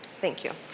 thank you.